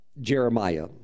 Jeremiah